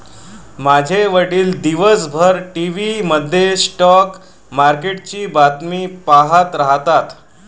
माझे वडील दिवसभर टीव्ही मध्ये स्टॉक मार्केटची बातमी पाहत राहतात